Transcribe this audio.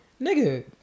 Nigga